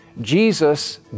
Jesus